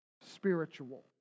spiritual